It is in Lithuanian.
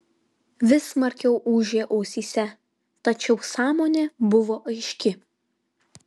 vis smarkiau ūžė ausyse tačiau sąmonė buvo aiški